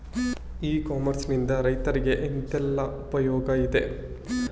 E commerce ನಿಂದ ರೈತರಿಗೆ ಎಂತೆಲ್ಲ ಉಪಯೋಗ ಇದೆ?